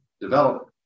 develop